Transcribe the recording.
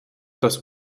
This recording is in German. das